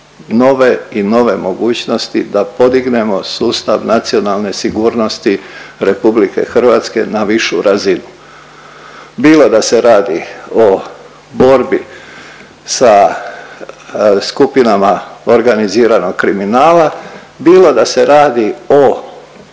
i nove mogućnosti da podignemo sustav nacionalne sigurnosti RH na višu razinu, bilo da se radi o borbi sa skupinama organiziranog kriminala, bilo da se radi o